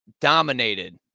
dominated